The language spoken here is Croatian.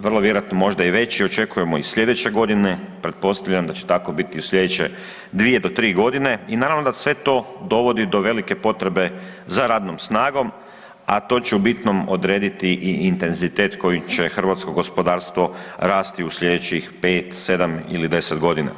vrlo vjerojatno možda i veći očekujemo i sljedeće godine, pretpostavljam da će tako biti i u sljedeće dvije do tri godine i naravno da sve to dovodi do velike potrebe za radnom snagom, a to će u bitnom odrediti i intenzitet kojim će hrvatsko gospodarstvo rasti u sljedećih pet, sedam ili deset godina.